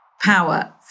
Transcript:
Power